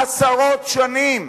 עשרות שנים